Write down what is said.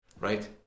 right